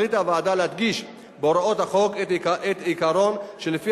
החליטה הוועדה להדגיש בהוראות החוק את העיקרון שלפיו